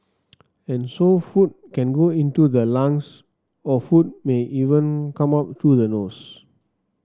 and so food can go into the lungs or food may even come up through the nose